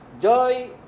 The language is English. Joy